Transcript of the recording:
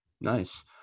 Nice